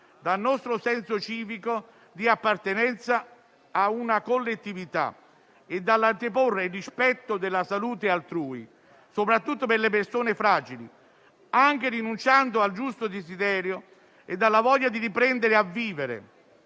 dal nostro senso civico di appartenenza a una collettività; dall'anteporre il rispetto della salute altrui, soprattutto per le persone fragili, anche rinunciando al giusto desiderio e alla voglia di riprendere a vivere,